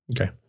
okay